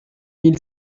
mille